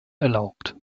erlaubt